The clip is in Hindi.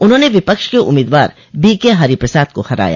उन्होंने विपक्ष के उम्मीदवार बोके हरि प्रसाद को हराया